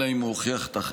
אלא אם כן הוא הוכיח אחרת.